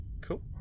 Cool